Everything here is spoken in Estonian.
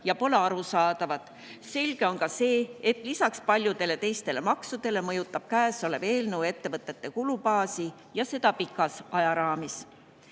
ja pole arusaadavad. Selge on ka see, et lisaks paljudele teistele maksudele mõjutab eelnõu ettevõtete kulubaasi ja seda pikas ajaraamis.